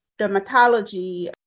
dermatology